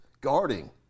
guarding